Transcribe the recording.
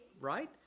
Right